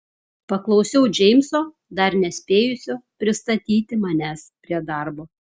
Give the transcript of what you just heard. paklausiau džeimso dar nespėjusio pristatyti manęs prie darbo